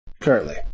Currently